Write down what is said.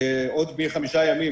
עוד חמישה ימים,